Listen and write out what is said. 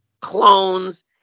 clones